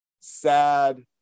sad